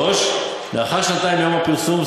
3. לאחר שנתיים מיום הפרסום,